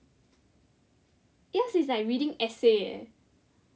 yes like it's reading essay eh